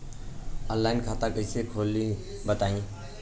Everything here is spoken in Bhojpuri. आनलाइन खाता कइसे खोली बताई?